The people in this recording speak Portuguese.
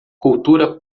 cultura